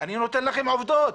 אני נותן לכם עובדות,